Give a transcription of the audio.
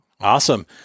Awesome